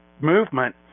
movement